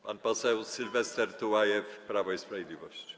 Pan poseł Sylwester Tułajew, Prawo i Sprawiedliwość.